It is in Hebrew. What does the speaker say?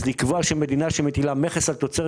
אז לקבוע שמדינה שמטילה מכס על תוצרת